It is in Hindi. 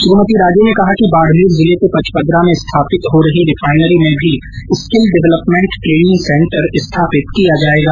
श्रीमती राजे ने कहा कि बाड़मेर जिले के पचपदरा में स्थापित हो रही रिफायनरी में भी स्किल डवलपमेंट ट्रेनिंग सेन्टर स्थापित किया जायेगा